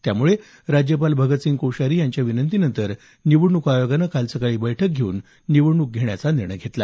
त्यामुळे राज्यपाल भगतसिंह कोश्यारी यांच्या विनंतीनंतर निवडणूक आयोगानं काल सकाळी बैठक घेऊन निवडणूक घेण्याचा निर्णय घेतला